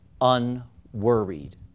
Unworried